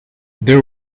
there